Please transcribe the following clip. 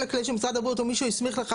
הכללי של משרד הבריאות או מי שהוא הסמיך לכך,